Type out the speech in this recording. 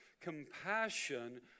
compassion